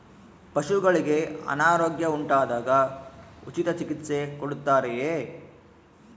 ಪಶುಗಳಿಗೆ ಅನಾರೋಗ್ಯ ಉಂಟಾದಾಗ ಉಚಿತ ಚಿಕಿತ್ಸೆ ಕೊಡುತ್ತಾರೆಯೇ?